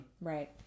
Right